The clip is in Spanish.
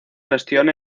gestión